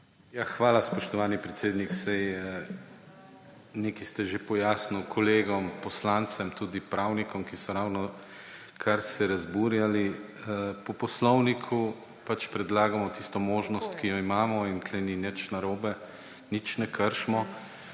Hvala, spoštovani predsednik. Saj neka ste že pojasnili kolegom poslancem, tudi pravnikom, ki so se ravnokar se razburjali. Po poslovniku predlagamo tisto možnost, ki jo imamo. In tukaj ni nič narobe, nič ne kršimo.